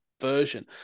Version